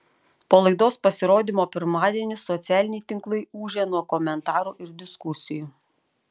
po laidos pasirodymo pirmadienį socialiniai tinklai ūžia nuo komentarų ir diskusijų